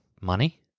Money